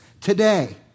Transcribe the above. today